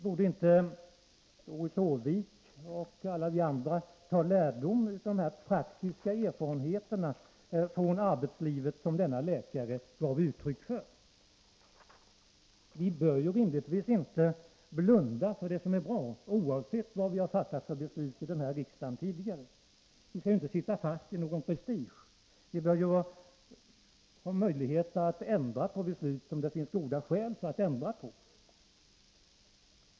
Borde inte Doris Håvik och alla andra ta lärdom av de praktiska erfarenheter från arbetslivet som denne läkare gav uttryck för? Vi bör rimligtvis inte blunda för det som är bra, oavsett vad vi har fattat för beslut i riksdagen tidigare. Vi skall ju inte sitta fast i någon prestige utan bör ha möjlighet att ändra på beslut som det finns goda skäl att ändra på.